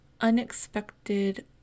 unexpected